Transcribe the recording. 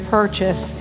purchase